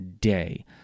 day